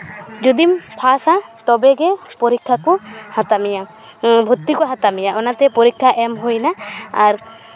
ᱡᱩᱫᱤᱢ ᱯᱟᱥᱟ ᱛᱚᱵᱮᱜᱮ ᱯᱚᱨᱤᱠᱠᱷᱟ ᱠᱚ ᱦᱟᱛᱟᱣ ᱢᱮᱭᱟ ᱵᱷᱚᱨᱛᱤ ᱠᱚ ᱦᱟᱛᱟᱣ ᱢᱮᱭᱟ ᱚᱱᱟᱛᱮ ᱯᱚᱨᱤᱠᱠᱷᱟ ᱮᱢ ᱦᱩᱭᱱᱟ ᱟᱨ